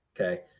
Okay